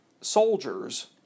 soldiers